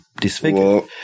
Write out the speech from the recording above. disfigured